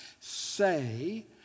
say